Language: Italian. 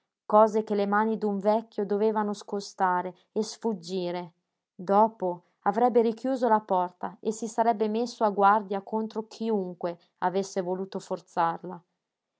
cose che le mani d'un vecchio dovevano scostare e sfuggire dopo avrebbe richiuso la porta e si sarebbe messo a guardia contro chiunque avesse voluto forzarla